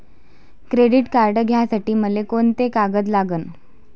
Credit card घ्यासाठी मले कोंते कागद लागन?